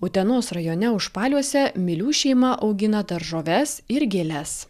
utenos rajone užpaliuose milių šeima augina daržoves ir gėles